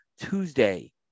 Tuesday